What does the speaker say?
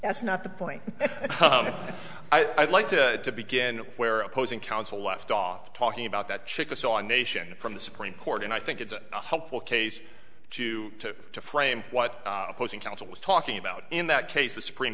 that's not the point i'd like to begin where opposing counsel left off talking about that chickasaw nation from the supreme court and i think it's a helpful case to to to frame what opposing counsel was talking about in that case the supreme